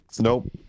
Nope